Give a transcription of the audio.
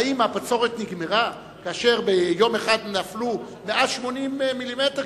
האם הבצורת נגמרה כאשר ביום אחד נפלו 180 מילימטר,